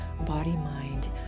body-mind